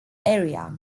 area